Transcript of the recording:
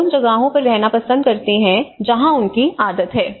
लोग उन जगहों पर रहना पसंद करते हैं जहां उनकी आदत है